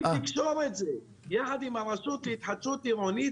אם תקשור את זה יחד עם הרשות להתחדשות עירונית,